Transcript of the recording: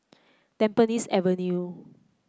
Tampines Avenue